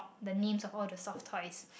the names of all the soft toys